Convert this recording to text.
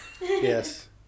Yes